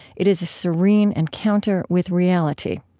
it is a serene encounter with reality.